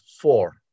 four